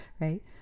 Right